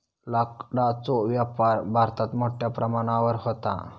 लाकडाचो व्यापार भारतात मोठ्या प्रमाणावर व्हता